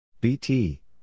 BT